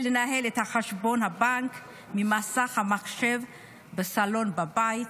לנהל את חשבון הבנק ממסך המחשב בסלון בבית,